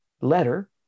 letter